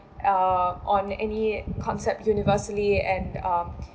uh on any concept universally and um